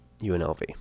UNLV